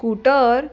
scooter